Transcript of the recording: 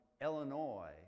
Illinois